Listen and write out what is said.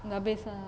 dah habis ah